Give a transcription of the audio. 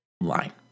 line